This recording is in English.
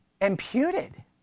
Imputed